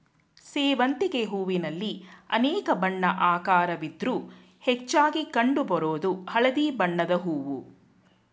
ಸೇವಂತಿಗೆ ಹೂವಿನಲ್ಲಿ ಅನೇಕ ಬಣ್ಣ ಆಕಾರವಿದ್ರೂ ಹೆಚ್ಚಾಗಿ ಕಂಡು ಬರೋದು ಹಳದಿ ಬಣ್ಣದ್ ಹೂವು